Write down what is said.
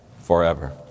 forever